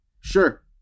Sure